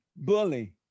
Bully